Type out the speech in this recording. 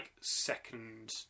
second